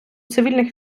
цивільних